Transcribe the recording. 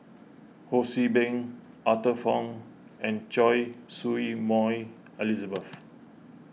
Ho See Beng Arthur Fong and Choy Su Moi Elizabeth